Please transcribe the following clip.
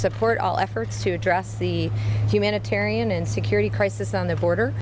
support all efforts to address the humanitarian and security crisis on the border